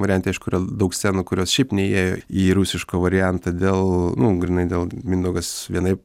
variante aišku yra daug scenų kurios šiaip neįėjo į rusišką variantą dėl nu grynai dėl mindaugas vienaip